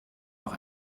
noch